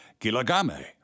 Gilagame